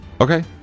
Okay